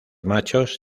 machos